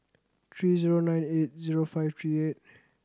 three zero nine eight zero five three eight